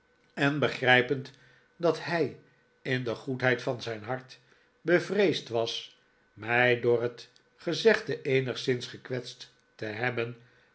en begrijpend dat hij in de goedheid van zijn hart bevreesd was mij door het gezegde eenigszins gekwetst te hebben